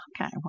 okay